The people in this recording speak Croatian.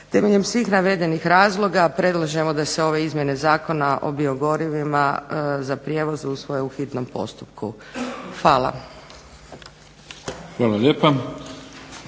Temeljem svih navedenih razloga predlažem da se ove izmjene Zakona o biogorivima za prijevoz usvoje u hitnom postupku. Hvala. **Mimica,